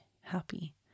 happy